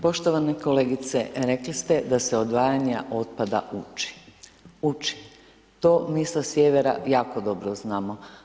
Poštovana kolegice, rekli ste da se odvajanje otpada uči, uči, to mi sa sjevera jako dobro znamo.